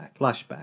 flashback